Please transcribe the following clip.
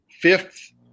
fifth